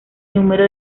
número